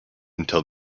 until